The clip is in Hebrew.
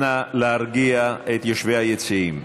אנא להרגיע את יושבי היציעים.